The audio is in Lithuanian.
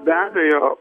be abejo